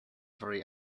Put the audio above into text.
very